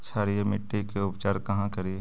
क्षारीय मिट्टी के उपचार कहा करी?